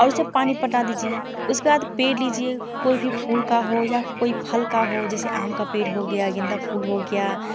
और उसे पानी पटा दीजिए उसके बाद पेड़ लीजिए कोई भी फूल का हो या कोई फल का हो जैसे आम का पेड़ हो गया गेंदा फूल हो गया